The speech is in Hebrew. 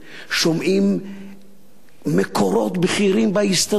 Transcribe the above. שומעים מקורות בכירים בהסתדרות,